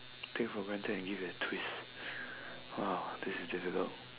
take for granted and give it a twist !wow! this is difficult